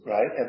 Right